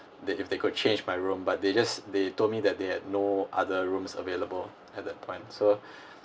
they if they could change my room but they just they told me that they had no other rooms available at that point so